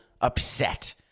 upset